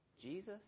Jesus